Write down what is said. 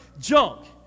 junk